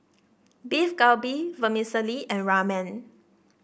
Beef Galbi Vermicelli and Ramen